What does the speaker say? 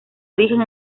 origen